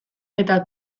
eta